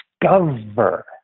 discover